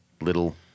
little